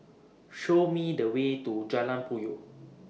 Show Me The Way to Jalan Puyoh